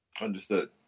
Understood